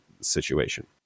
situation